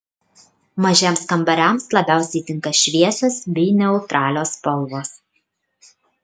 mažiems kambariams labiausiai tinka šviesios bei neutralios spalvos